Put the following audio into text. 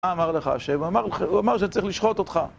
מה אמר לך השם? הוא אמר שזה צריך לשחוט אותך.